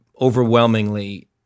overwhelmingly